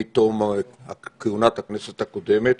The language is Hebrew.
מתום כהונת הכנסת הקודמת,